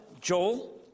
Joel